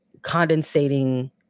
condensating